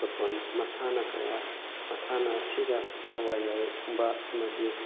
football ꯃꯁꯥꯟꯅ ꯀꯌꯥ ꯃꯁꯥꯟꯅ ꯑꯁꯤꯗ ꯊꯋꯥꯏ ꯌꯥꯎꯕ ꯑꯃꯗꯤ